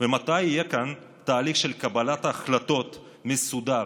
ומתי יהיה כאן תהליך קבלת החלטות מסודר